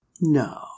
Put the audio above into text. No